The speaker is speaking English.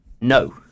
no